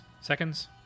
seconds